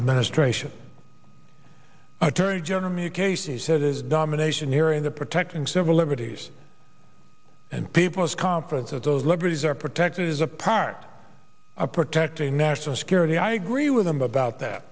administration attorney general me a case is said is domination here in the protecting civil liberties and people's confidence of those liberties are protected as a part of protecting national security i agree with them about that